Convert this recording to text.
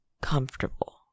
comfortable